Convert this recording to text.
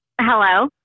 hello